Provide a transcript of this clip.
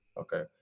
Okay